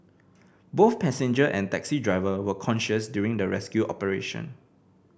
both passenger and taxi driver were conscious during the rescue operation